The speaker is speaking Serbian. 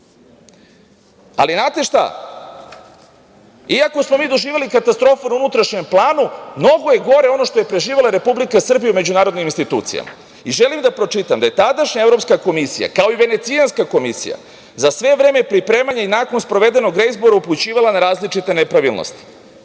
stranci. Znate šta, iako smo mi doživeli katastrofu na unutrašnjem planu mnogo je gore ono što je preživela Republika Srbija u međunarodnim institucijama. Želim da pročitam da je tadašnja Evropska komisija, kao i Venecijanska komisija za sve vreme pripremanja i nakon sprovedenog reizbora upućivala na različite nepravilnosti.